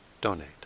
donate